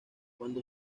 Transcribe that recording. cuando